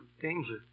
danger